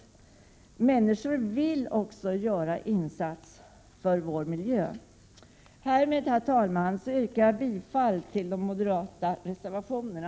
Men människor vill också göra en insats för vår miljö. Herr talman! Med detta yrkar jag bifall till de moderata reservationerna.